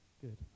Good